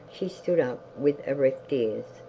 she stood up with erect ears,